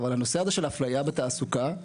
הנושא הזה של האפליה בתעסוקה,